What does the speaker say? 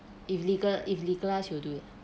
if legal if legalize you will do it